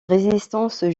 résistance